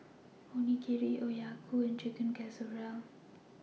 Onigiri Okayu and Chicken Casserole